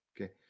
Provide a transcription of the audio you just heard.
Okay